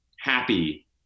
happy